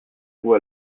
vous